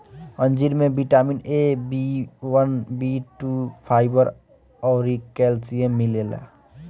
अंजीर में vitamin A, B one, B two, fibre अउरी कैल्शियम मिलेला